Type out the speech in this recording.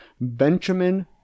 Benjamin